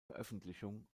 veröffentlichung